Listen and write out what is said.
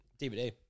DVD